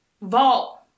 vault